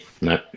No